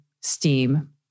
steam